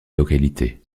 localité